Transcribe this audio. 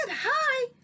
hi